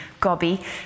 gobby